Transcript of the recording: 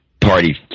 Party